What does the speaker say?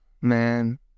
man